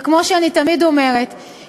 וכמו שאני תמיד אומרת,